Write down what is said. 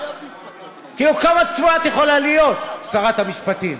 כאילו, כמה צבועה את יכולה להיות, שרת המשפטים?